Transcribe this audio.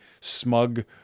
smug